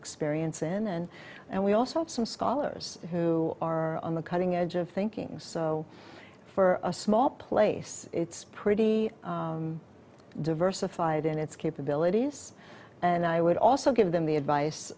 experience in and we also have some scholars who are on the cutting edge of thinking so for a small place it's pretty diversified and its capabilities and i would also give them the advice